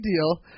deal